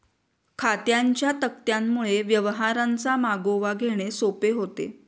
खात्यांच्या तक्त्यांमुळे व्यवहारांचा मागोवा घेणे सोपे होते